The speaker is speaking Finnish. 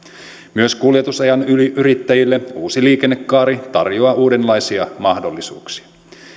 myös kuljetusalan yrittäjille uusi liikennekaari tarjoaa uudenlaisia mahdollisuuksia